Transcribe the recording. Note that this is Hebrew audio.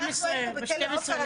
כי הח"כים היו בכלא עופר.